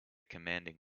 commanding